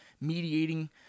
mediating